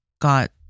got